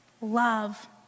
love